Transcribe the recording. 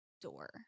door